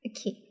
Okay